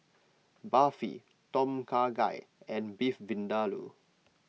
Barfi Tom Kha Gai and Beef Vindaloo